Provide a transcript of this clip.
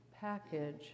package